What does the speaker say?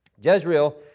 Jezreel